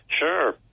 Sure